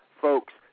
folks